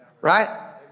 Right